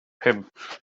pump